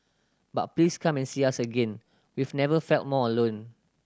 but please come and see us again we've never felt more alone